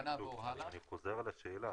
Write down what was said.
אבל, שוב, אני חוזר על השאלה.